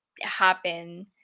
happen